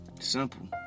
Simple